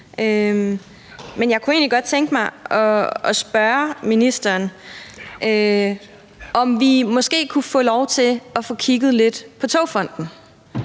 Men jeg kunne egentlig godt tænke mig at spørge ministeren, om vi måske kunne få lov til at få kigget lidt på Togfonden